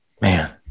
man